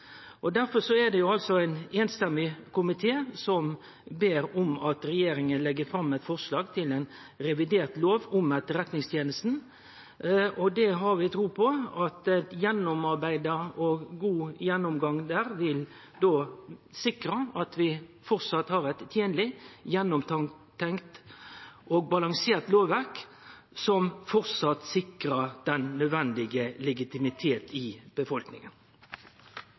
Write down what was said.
Derfor er det ein samrøystes komité som ber om at regjeringa legg fram eit forslag til ein revidert lov om Etterretningstenesta, og vi har tru på at ein gjennomarbeidd og god gjennomgang der vil sikre at vi framleis har eit tenleg, gjennomtenkt og balansert lovverk, som framleis sikrar den nødvendige legitimitet i